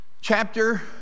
chapter